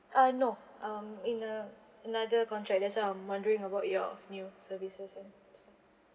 uh no um in a another contract that's why I'm wondering about your new services and stuff